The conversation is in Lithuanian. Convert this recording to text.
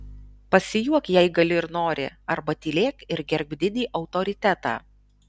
pasijuok jei gali ir nori arba tylėk ir gerbk didį autoritetą